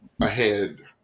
ahead